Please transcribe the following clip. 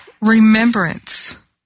remembrance